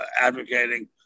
advocating